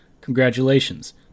congratulations